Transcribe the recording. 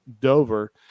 Dover